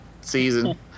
season